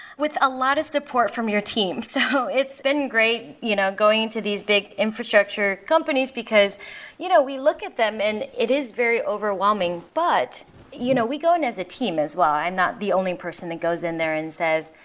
with a lot of support from your teams. so it's been great you know going to these big infrastructure companies because you know we look at them and it is very overwhelming, but you know we go in as a team as well. i'm not the only person that goes in there and says,